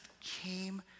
came